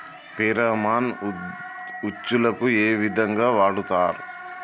Pheromone ఉచ్చులకు ఏ విధంగా వాడుతరు?